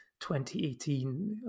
2018